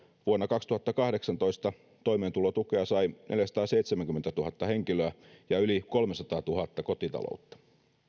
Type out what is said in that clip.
vuonna kaksituhattakahdeksantoista toimeentulotukea sai neljäsataaseitsemänkymmentätuhatta henkilöä ja yli kolmesataatuhatta kotitaloutta